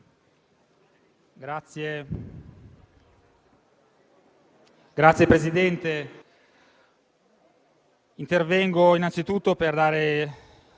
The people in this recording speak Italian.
Grazie, presidente